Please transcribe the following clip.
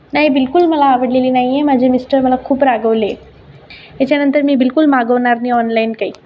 नाही बिलकुल मला आवडलेली नाहीये माझे मिस्टर मला खूप रागवले त्याच्यानंतर मी बिलकुल मागवणार नाही ऑनलाईन काही